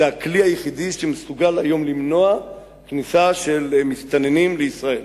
זה הכלי היחידי שמסוגל היום למנוע כניסה של מסתננים לישראל.